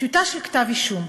טיוטה של כתב אישום.